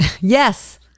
yes